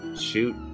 shoot